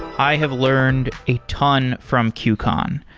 i have learned a ton from qcon.